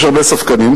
יש הרבה ספקנים.